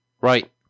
Right